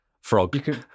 Frog